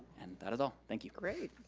and that is all, thank you. great,